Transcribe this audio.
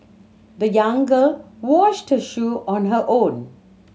the young girl washed shoe on her own